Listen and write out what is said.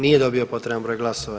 Nije dobio potreban broj glasova.